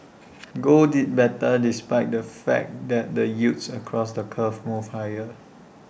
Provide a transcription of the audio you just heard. gold did better despite the fact that the yields across the curve moved higher